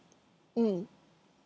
mm